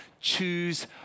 Choose